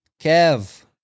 Kev